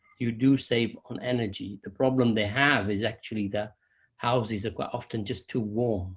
you do save on energy. the problem they have is actually the houses are quite often just too warm